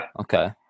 Okay